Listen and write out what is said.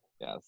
yes